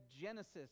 Genesis